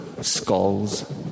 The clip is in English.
skulls